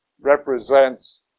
represents